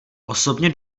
osobně